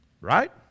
right